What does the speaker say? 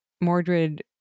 mordred